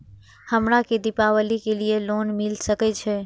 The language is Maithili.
हमरा के दीपावली के लीऐ लोन मिल सके छे?